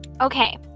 Okay